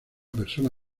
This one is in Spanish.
persona